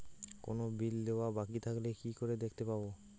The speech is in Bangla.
কোনো বিল দেওয়া বাকী থাকলে কি করে দেখতে পাবো?